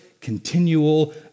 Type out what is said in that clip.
continual